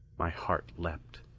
my heart leaped.